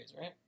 right